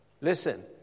listen